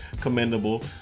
commendable